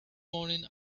morning